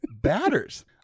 batters